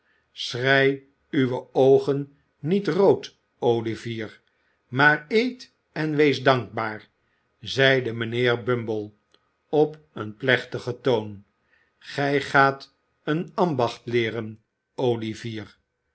schrei uwe oogen niet rood olivier maar eet en wees dankbaar zeide mijnheer bumble op een plechtigen toon gij gaat een ambacht leeren olivier